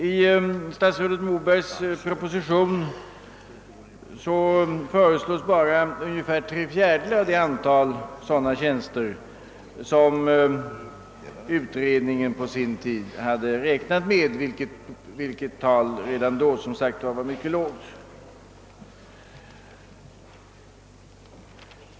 I statsrådet Mobergs proposition föreslås endast ungefär tre fjärdedelar av det antal sådana tjänster som utredningen på sin tid hade räknat med, vilket redan då var mycket lågt.